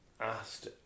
asked